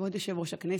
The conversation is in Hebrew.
כבוד יושב-ראש הכנסת,